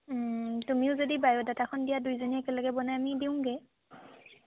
তুমিও যদি বায়'ডাটাখন দিয়া দুইজনীয়ে একেলগে বনাই আনি দিওঁগৈ